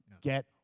Get